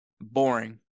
boring